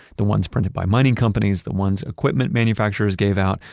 the ones printed by mining companies, the ones equipment manufacturers gave out,